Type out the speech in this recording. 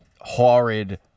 horrid